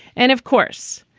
and of course,